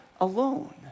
alone